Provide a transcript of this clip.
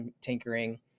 tinkering